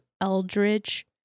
Eldridge